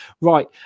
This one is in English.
right